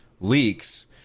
leaks